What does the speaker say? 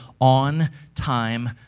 on-time